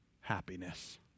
happiness